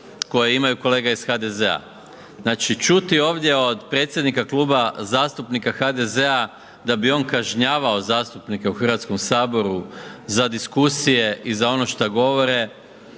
koje imaju kolege iz HDZ-a. Znači čuti ovdje od predsjednika Kluba zastupnika HDZ-a da bi on kažnjavao zastupnike u Hrvatskom saboru za diskusije i za ono šta govore